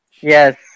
Yes